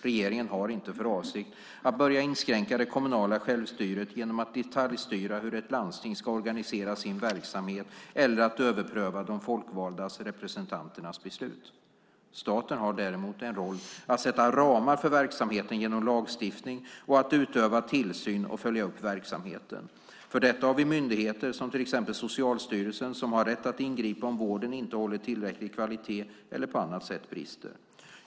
Regeringen har inte för avsikt att börja inskränka det kommunala självstyret genom att detaljstyra hur ett landsting ska organisera sin verksamhet eller att överpröva de folkvalda representanternas beslut. Staten har däremot en roll i att sätta ramarna för verksamheten genom lagstiftning och att utöva tillsyn och följa upp verksamheten. För detta har vi myndigheter som till exempel Socialstyrelsen, som har rätt att ingripa om vården inte håller tillräcklig kvalitet eller på annat sätt brister.